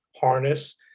harness